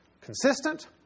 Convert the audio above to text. consistent